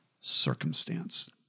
circumstance